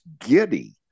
giddy